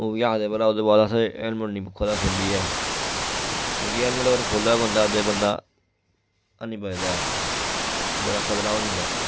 ओह् बी आखदे भला ओह्दे बाद असें हेलमेट नि कुतै खोह्ली ऐ क्योंकि हेलमेट अगर खोह्लै बंदा ते बंदा हैनी बचदा ऐ बड़ा खतरा होई जंदा ऐ